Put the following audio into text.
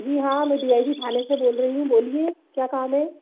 जी हाँ मैं D I G थाने से बोल रही हूँ बोलिए क्या काम है